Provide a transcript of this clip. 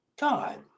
God